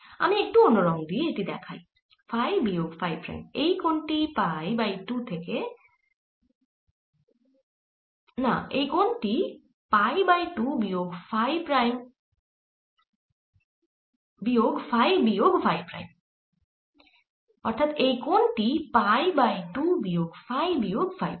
আমি একটু অন্য রঙ দিয়ে এটি দেখাই ফাই বিয়োগ ফাই প্রাইম এই কোণ টি পাই বাই 2 বিয়োগ ফাই বিয়োগ ফাই প্রাইম